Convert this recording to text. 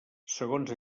segons